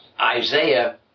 Isaiah